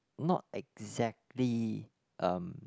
not exactly um